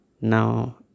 now